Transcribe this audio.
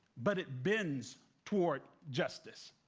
but it bends toward justice.